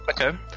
Okay